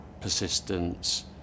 persistence